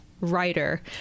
writer